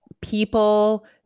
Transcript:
people